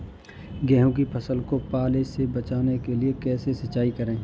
गेहूँ की फसल को पाले से बचाने के लिए कैसे सिंचाई करें?